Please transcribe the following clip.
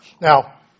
Now